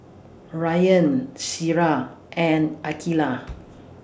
Rayyan Syirah and Aqilah